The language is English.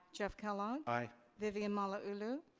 jeff kellogg? aye. vivian malauulu?